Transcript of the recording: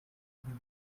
nyuma